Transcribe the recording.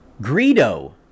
greedo